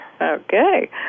Okay